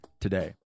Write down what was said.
today